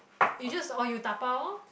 you just or you dabao